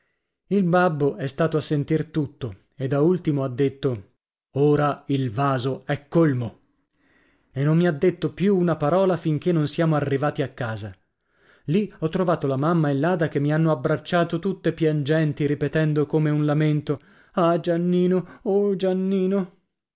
il babbo è stato a sentir tutto e da ultimo ha detto ora il vaso è colmo e non mi ha detto più una parola finché non siamo arrivati a casa lì ho trovato la mamma e l'ada che mi hanno abbracciato tutte piangenti ripetendo come un lamento ah giannino oh giannino